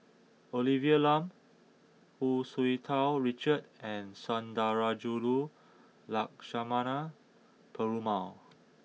Olivia Lum Hu Tsu Tau Richard and Sundarajulu Lakshmana Perumal